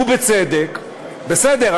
ובצדק: בסדר,